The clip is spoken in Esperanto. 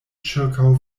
ĉirkaŭ